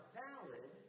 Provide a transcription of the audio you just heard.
valid